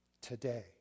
today